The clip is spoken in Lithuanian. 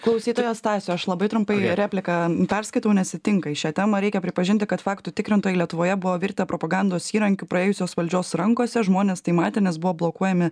klausytojo stasio aš labai trumpai repliką perskaitau nes ji tinka į šią temą reikia pripažinti kad faktų tikrintojai lietuvoje buvo virtę propagandos įrankiu praėjusios valdžios rankose žmonės tai matė nes buvo blokuojami